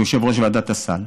שהוא יושב-ראש ועדת הסל,